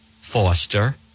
Foster